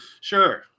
Sure